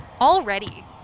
Already